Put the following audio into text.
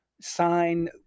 sign